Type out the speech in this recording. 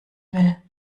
will